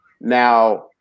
now